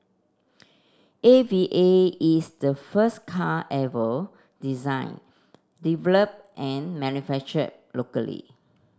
A V A is the first car ever design developed and manufacture locally